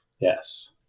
Yes